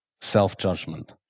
Self-judgment